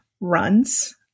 runs